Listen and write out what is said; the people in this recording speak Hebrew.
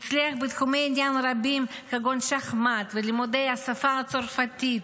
הצליח בתחומי עניין רבים כגון שחמט ולימודי השפה הצרפתית.